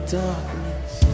Darkness